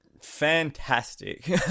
Fantastic